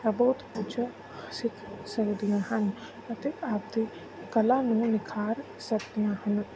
ਹ ਬਹੁਤ ਕੁਛ ਸਿੱਖ ਸਕਦੀਆਂ ਹਨ ਅਤੇ ਆਪਣੀ ਕਲਾ ਨੂੰ ਨਿਖਾਰ ਸਕਦੀਆਂ ਹਨ